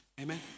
amen